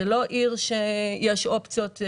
זאת לא עיר שיש אופציות .